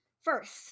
First